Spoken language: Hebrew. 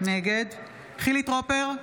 נגד חילי טרופר,